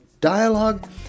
dialogue